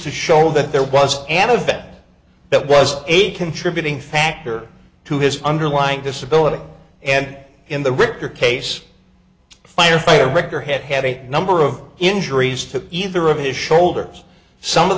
to show that there was an event that was a contributing factor to his underlying disability and in the ripper case firefighter richter head had a number of injuries to either of his shoulders some of